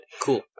Cool